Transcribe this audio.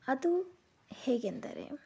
ಅದು ಹೇಗೆಂದರೆ